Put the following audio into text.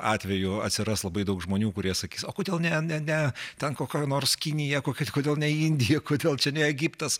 atveju atsiras labai daug žmonių kurie sakys o kodėl ne ne ten kokioj nors kinija ko kodėl ne indija kodėl čia ne egiptas